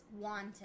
wanted